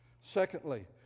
Secondly